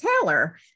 Taylor